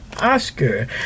Oscar